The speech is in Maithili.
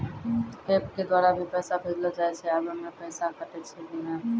एप के द्वारा भी पैसा भेजलो जाय छै आबै मे पैसा कटैय छै कि नैय?